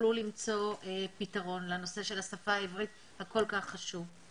יוכלו למצוא פתרון לנושא של השפה העברית שכל כך חשוב.